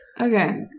Okay